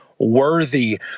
worthy